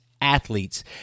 athletes